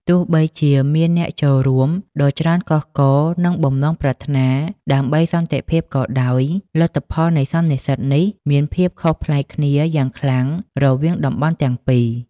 ទោះបីជាមានអ្នកចូលរួមដ៏ច្រើនកុះករ និងបំណងប្រាថ្នាដើម្បីសន្តិភាពក៏ដោយ លទ្ធផលនៃសន្និសីទនេះមានភាពខុសប្លែកគ្នាយ៉ាងខ្លាំងរវាងតំបន់ទាំងពីរ។